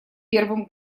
первым